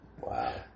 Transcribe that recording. wow